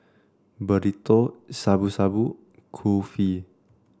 Burrito Shabu Shabu Kulfi